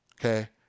okay